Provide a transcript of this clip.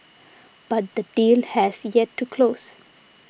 but the deal has yet to close